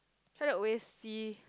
try to always see